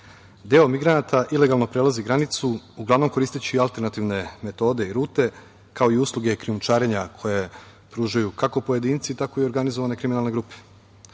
migranata ilegalno prelazi granicu, uglavnom koristeći alternativne metode i rute, kao i usluge krijumčarenja koja pružaju kako pojedinci, tako i organizovane kriminalne